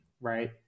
right